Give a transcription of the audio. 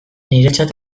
niretzat